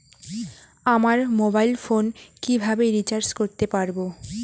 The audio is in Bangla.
আমার মোবাইল ফোন কিভাবে রিচার্জ করতে পারব?